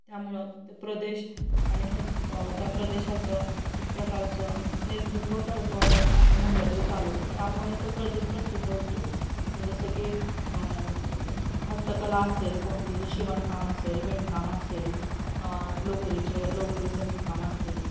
त्यामुळं ते प्रदेश आणि हेच त्या प्रदेशाचं एक प्रकारचं नेतृत्व करतो आपण असं म्हटलं तरी चालेल त्यामुळे तो प्रदेश प्रसिद्ध होतो म्हंजे जसं की हस्तकला असेल कोणतीही शिवणकाम असेल विणकाम असेल लोकरीचे लोकरीचं विणकाम असेल